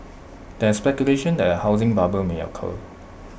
there is speculation that A housing bubble may occur